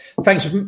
Thanks